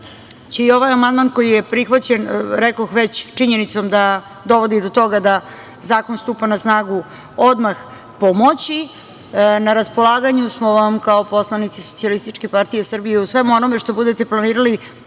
će i ovaj amandman koji je prihvaćen, rekoh već, činjenicom da dovodi do toga da zakon stupa na snagu odmah pomoći. Na raspolaganju smo vam kao poslanici SPS u svemu onome što budete planirali